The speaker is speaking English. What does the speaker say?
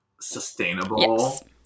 sustainable